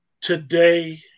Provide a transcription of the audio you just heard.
Today